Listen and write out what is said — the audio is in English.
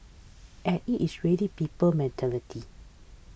and it is really people's mentality